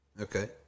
Okay